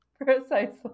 precisely